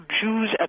Jews